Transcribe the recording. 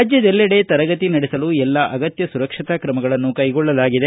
ರಾಜ್ಯದೆಲ್ಲೆಡೆ ತರಗತಿ ನಡೆಸಲು ಎಲ್ಲಾ ಅಗತ್ತ ಸುರಕ್ಷತಾ ತ್ರಮಗಳನ್ನು ಕೈಗೊಳ್ಳಲಾಗಿದೆ